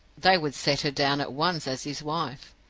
they would set her down at once as his wife.